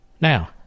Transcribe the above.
now